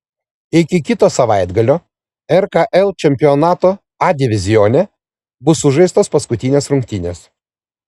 iki kito savaitgalio rkl čempionato a divizione bus sužaistos paskutinės rungtynės